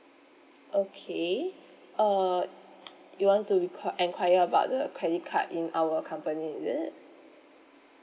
okay uh you want to requi~ enquire about the credit card in our company is it